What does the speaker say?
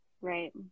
right